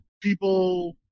people